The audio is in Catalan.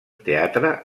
teatre